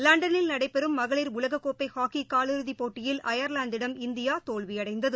லண்டனில் நடைபெறும் மகளிர் உலகக்கோப்பைஹாக்கிகால் இறுதிப் போட்டியில் அயர்லாந்திடம் இந்தியாதோல்வியடைந்தது